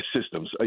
systems